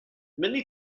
many